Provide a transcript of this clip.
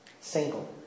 single